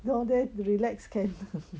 down there relax can